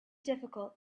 difficult